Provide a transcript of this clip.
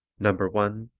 number one,